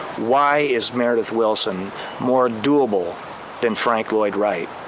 why is meredith willson more doable than frank lloyd wright?